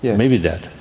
yeah maybe that.